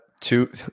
Two